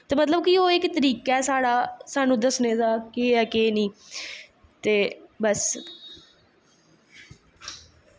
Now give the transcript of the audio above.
ते मतलव कि ओह् इक तरीका ऐ साढ़ा साह्नू दस्सनें दा केह् ऐ केह् नेंईं ते बस